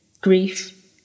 grief